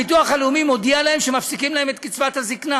הביטוח הלאומי מודיע להן שמפסיקים להן את קצבת הזקנה,